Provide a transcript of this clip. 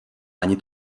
ani